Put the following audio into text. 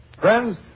Friends